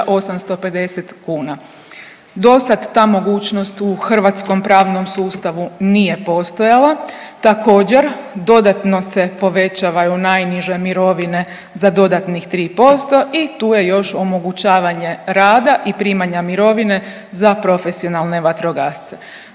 5850 kuna. Dosad ta mogućnost u hrvatskom pravnom sustavu nije postojala. Također, dodatno se povećavaju najniže mirovine za dodatnih 3% i tu je još omogućavanje rada i primanja mirovine za profesionalne vatrogasce.